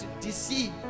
deceive